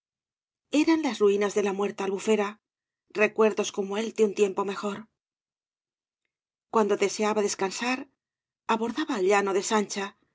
eran las ruinas de v blasüo ibáñbz la muerta albufera recuerdos como él de un tiempo mejor cuando deseaba descansar abordaba al llano de sancha